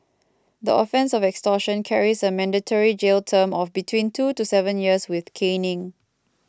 the offence of extortion carries a mandatory jail term of between two to seven years with caning